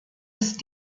ist